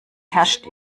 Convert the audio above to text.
herrscht